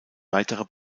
weiterer